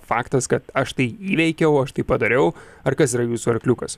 faktas kad aš tai įveikiau aš tai padariau ar kas yra jūsų arkliukas